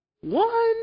one